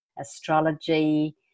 astrology